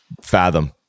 fathom